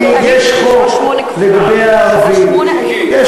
יש חוק לגבי הערבים.